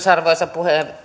arvoisa